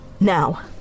Now